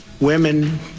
women